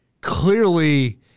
clearly